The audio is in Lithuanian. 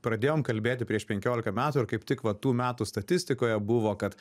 pradėjom kalbėti prieš penkiolika metų ir kaip tik va tų metų statistikoje buvo kad